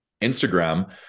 Instagram